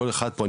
כל אחד פה,